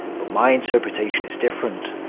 but my interpretation is different.